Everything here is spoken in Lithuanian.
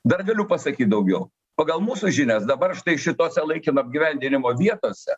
dar galiu pasakyt daugiau pagal mūsų žinias dabar štai šitose laikino apgyvendinimo vietose